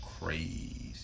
crazy